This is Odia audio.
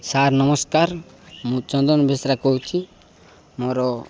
ସାର୍ ନମସ୍କାର ମୁଁ ଚନ୍ଦନ ବିଶ୍ରା କହୁଛି ମୋର